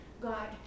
God